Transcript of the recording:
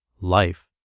life